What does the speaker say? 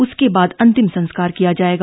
उसके बाद अंतिम संस्कार किया जाएगा